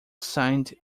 signed